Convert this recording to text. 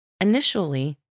Initially